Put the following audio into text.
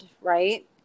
right